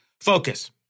focus